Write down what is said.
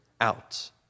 out